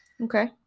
Okay